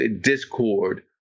discord